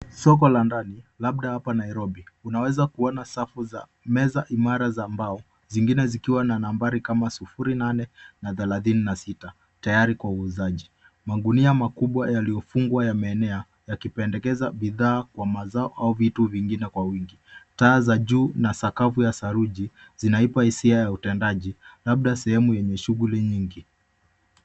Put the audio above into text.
Soko la ndani, labda hapa Nairobi, unaweza kuona safu za meza imara za mbao. zingine zikiwa na nambari kama sufuri nane na thelathini na sita, tayari kwa uuzaji. Magunia makubwa yaliyofungwa yameenea yakipendekeza bidhaa kwa mazao au vitu vingine kwa uwingi. Taa za juu na sakafu ya saruji, zinaipa hisia ya utendaji, labda sehemu yenye shughuli nyingi.